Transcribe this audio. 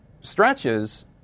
stretches